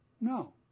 No